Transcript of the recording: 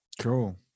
cool